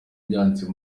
byanditse